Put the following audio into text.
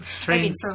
Trains